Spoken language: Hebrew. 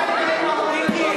דאגת, אבל מה עשית?